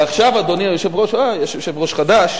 ועכשיו, אדוני היושב-ראש, אה, יש יושב-ראש חדש,